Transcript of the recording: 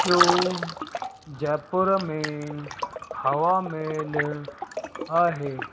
टियों जयपुर में हवामहल आहे